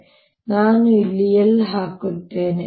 ಆದ್ದರಿಂದ ನಾನು ಇಲ್ಲಿ L ಅನ್ನು ಹಾಕುತ್ತೇನೆ